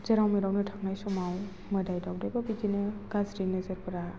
जेराव मेरावनो थांनाय समाव मोदाय दावदाय बा बिदिनो गाज्रि नोजोरफोरा